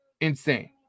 Insane